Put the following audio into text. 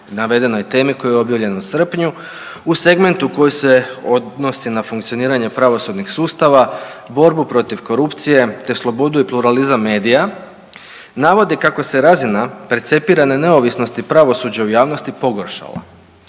navedenoj temi koji je objavljen u srpnju u segmentu koji se odnosi na funkcioniranje pravosudnih sustava borbu protiv korupcije te slobodu i pluralizam medija navode kako se razina percepirane neovisnosti pravosuđa u javnosti pogoršala